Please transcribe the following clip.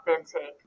authentic